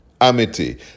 Amity